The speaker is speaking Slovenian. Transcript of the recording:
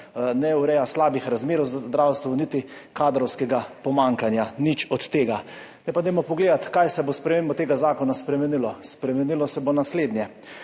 ne ureja slabih razmer v zdravstvu niti kadrovskega pomanjkanja, nič od tega. Zdaj pa dajmo pogledati, kaj se bo s spremembo tega zakona spremenilo. Spremenilo se bo naslednje.